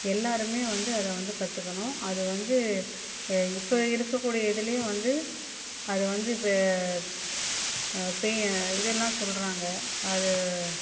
எல்லாருமே வந்து அதை வந்து கற்றுக்கணும் அது வந்து இப்போ இருக்கக்கூடிய இதுலேயே வந்து அது வந்து இப்போ பே இதெல்லாம் சொல்கிறாங்க அது